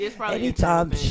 Anytime